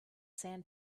sand